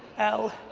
l,